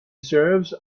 serves